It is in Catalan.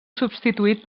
substituït